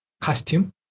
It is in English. costume